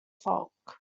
folk